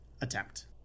attempt